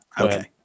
Okay